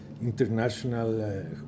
international